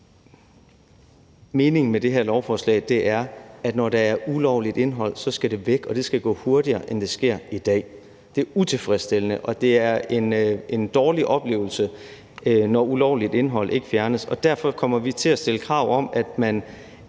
Meningen med det her lovforslag er, at når der er ulovligt indhold, skal det væk, og det skal gå hurtigere, end det sker i dag. Det er utilfredsstillende, og det er en dårlig oplevelse, når ulovligt indhold ikke fjernes. Derfor kommer vi til at stille krav om, at man